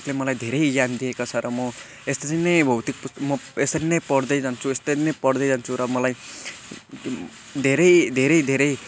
ज्ञान दिएका छ र म यसरी नै भौतिक पु म यसरी नै पढ्दै जान्छु यसरी नै पढ्दै जान्छु र मलाई धेरै धेरै धेरै